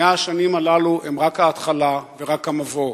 100 השנים הללו הן רק ההתחלה ורק המבוא.